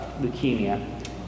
leukemia